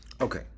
okay